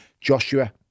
Joshua